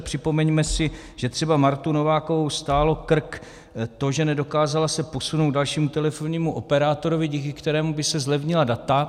Připomeňme si, že třeba Martu Novákovou stálo krk to, že se nedokázala posunout k dalšímu telefonnímu operátorovi, díky kterému by se zlevnila data.